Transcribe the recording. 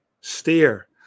steer